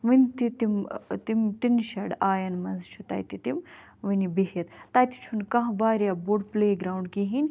وُنہِ تہِ تِم ٲں تِم ٹِن شیٚڈ آیَن منٛز چھُ تَتہِ تِم وُنہِ بہتھ تَتہِ چھُنہٕ کانٛہہ واریاہ بوٚڑ پٕلے گرٛاوُنٛڈ کِہیٖنۍ